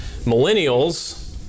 Millennials